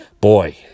boy